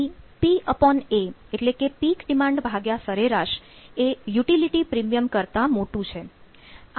અહીં PA એટલે કે પીક ડિમાન્ડ ભાગ્યા સરેરાશ એ યુટીલીટી પ્રીમિયમ કરતા મોટું છે